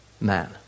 man